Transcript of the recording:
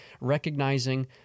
recognizing